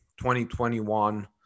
2021